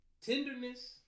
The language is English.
Tenderness